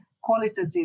qualitative